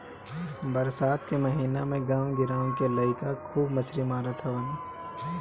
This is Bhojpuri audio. बरसात के महिना में गांव गिरांव के लईका खूब मछरी मारत हवन